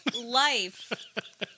life